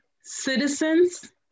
citizens